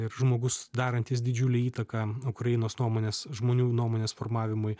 ir žmogus darantis didžiulę įtaką ukrainos nuomonės žmonių nuomonės formavimui